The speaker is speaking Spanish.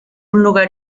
lugar